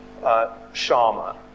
Sharma